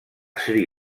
sri